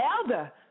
Elder